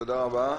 תודה רבה,